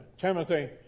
Timothy